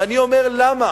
ואני אומר למה